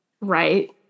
Right